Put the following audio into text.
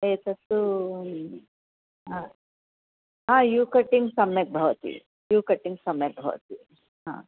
एतत्तु हा U cutting सम्यक् भवति यू कटिङ्ग् सम्यक् भवति हा